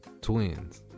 Twins